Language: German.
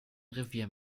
revier